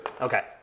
Okay